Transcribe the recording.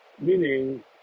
meaning